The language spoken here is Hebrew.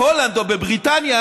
בהולנד או בבריטניה,